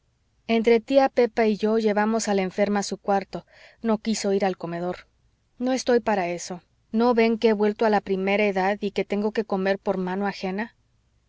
entre tía pepa y yo llevamos a la enferma a su cuarto no quiso ir al comedor no estoy para eso no ven que he vuelto a la primera edad y que tengo que comer por mano ajena